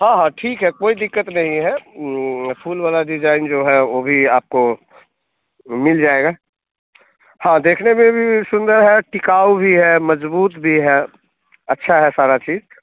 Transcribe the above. हाँ हाँ ठीक है कोई दिक़्क़त नहीं है फूल वाला डिजाईन जो है वह भी आपको मिल जाएगा हाँ देखने में भी सुंदर है टिकाऊ भी है मज़बूत भी है अच्छी हैं सारी चीज़ें